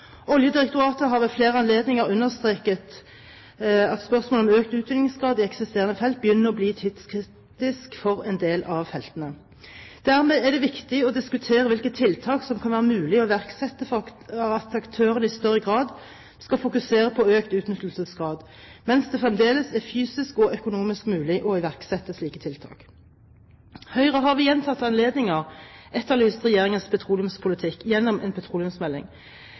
Oljedirektoratet har ved flere anledninger understreket at spørsmålet om økt utvinningsgrad i eksisterende felt begynner å bli tidskritisk for en del av feltene. Dermed er det viktig å diskutere hvilke tiltak som det kan være mulig å iverksette for at aktørene i større grad skal fokusere på økt utnyttelsesgrad, mens det fremdeles er fysisk og økonomisk mulig å iverksette slike tiltak. Høyre har ved gjentatte anledninger etterlyst regjeringens petroleumspolitikk gjennom en petroleumsmelding.